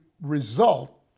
result